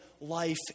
life